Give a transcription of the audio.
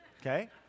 Okay